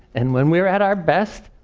and when we're at our best,